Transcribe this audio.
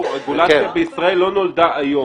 רגולציה בישראל לא נולדה היום.